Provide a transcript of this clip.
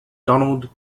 donald